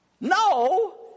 No